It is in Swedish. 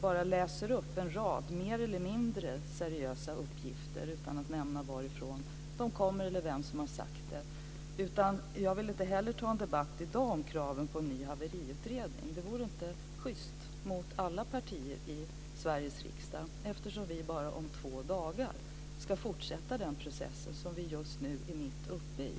bara läser upp en rad mer eller mindre seriösa uppgifter utan att nämna varifrån de kommer eller vem som har sagt det. Jag vill inte heller ta en debatt i dag om kraven på en ny haveriutredning. Det vore inte schyst mot alla partier i Sveriges riksdag, eftersom vi om bara två dagar ska fortsätta den process som vi just nu är mitt uppe i.